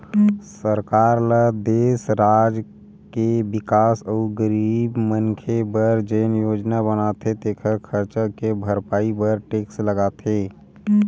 सरकार ल देस, राज के बिकास अउ गरीब मनखे बर जेन योजना बनाथे तेखर खरचा के भरपाई बर टेक्स लगाथे